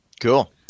Cool